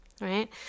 right